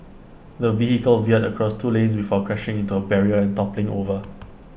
the vehicle veered across two lanes before crashing into A barrier and toppling over